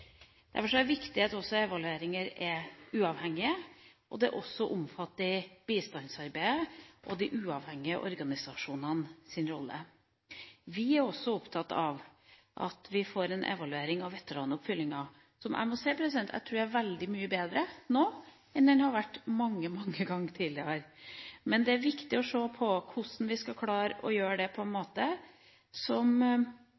Derfor er det viktig at evalueringer er uavhengige, og at de også omfatter bistandsarbeidet og de uavhengige organisasjonenes rolle. Vi er også opptatt av at vi får en evaluering av oppfølginga av veteranene, som jeg tror er veldig mye bedre nå enn den har vært mange ganger tidligere. Men det er viktig å se på hvordan vi skal klare å gjøre det på en